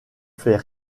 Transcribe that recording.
fait